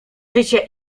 życie